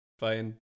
fine